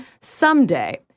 Someday